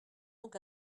donc